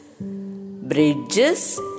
bridges